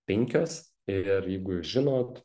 penkios ir jeigu jūs žinot